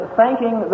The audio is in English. thanking